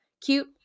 Cute